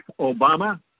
Obama